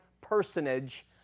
personage